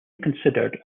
considered